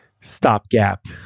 stopgap